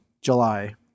July